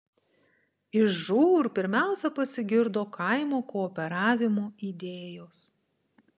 iš žūr pirmiausia pasigirdo kaimo kooperavimo idėjos